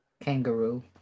Kangaroo